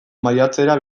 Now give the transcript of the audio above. maiatzera